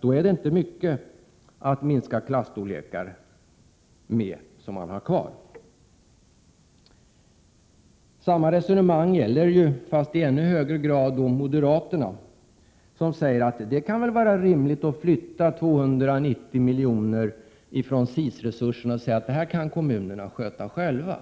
då blir det inte mycket pengar kvar för att minska klasstorlekarna. Samma resonemang gäller ju, fast i ännu högre grad moderaterna, som säger att det kan vara rimligt att flytta 290 milj.kr. från anslaget Särskilda insatser inom skolområdet och säga att detta kan kommunerna sköta själva.